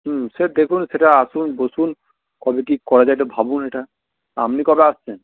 হুম সে দেখুন সেটা আসুন বসুন কবে কী করা যায় এটা ভাবুন এটা আপনি কবে আসছেন